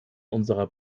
unserer